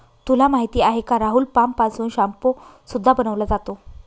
तुला माहिती आहे का राहुल? पाम पासून शाम्पू सुद्धा बनवला जातो